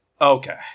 Okay